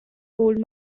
gold